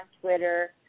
Twitter